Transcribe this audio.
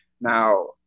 Now